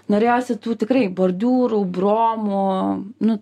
norėjosi tų tikrai bordiūrų bromų nu